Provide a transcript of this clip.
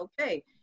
okay